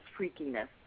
freakiness